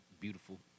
beautiful